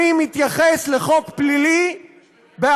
אם כן, אנחנו מצביעים על